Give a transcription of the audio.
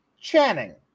Channing